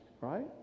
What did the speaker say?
right